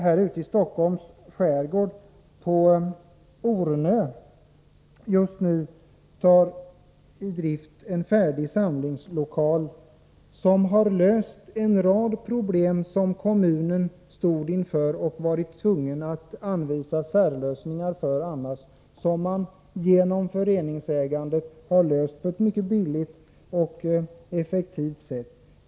Här ute i Stockholms skärgård, på Ornö, tar man just nu i drift en färdig samlingslokal som löser en rad problem som kommunen stod inför och som man annars skulle ha varit tvungen att anvisa särlösningar för. Genom föreningsägande har man nu löst problemen på ett billigt och effektivt sätt.